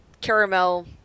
caramel